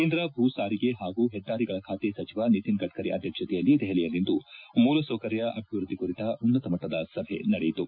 ಕೇಂದ್ರ ಭೂ ಸಾರಿಗೆ ಹಾಗೂ ಹೆದ್ದಾರಿಗಳ ಖಾತೆ ಸಚಿವ ನಿತಿನ್ ಗಡ್ಕರಿ ಅಧ್ಯಕ್ಷತೆಯಲ್ಲಿ ದೆಹಲಿಯಲ್ಲಿಂದು ಮೂಲಸೌಕರ್ಯ ಅಭಿವೃದ್ದಿ ಕುರಿತ ಉನ್ನತ ಮಟ್ಟದ ಸಭೆ ನಡೆಯಿತು